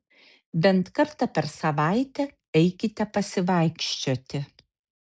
bent kartą per savaitę eikite pasivaikščioti